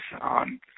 on